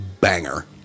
banger